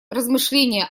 размышления